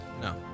No